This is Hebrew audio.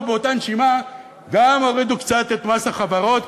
ובאותה נשימה גם הורידו קצת את מס החברות,